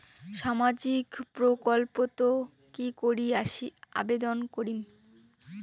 সামাজিক প্রকল্পত কি করি আবেদন করিম?